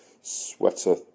Sweater